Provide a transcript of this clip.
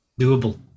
doable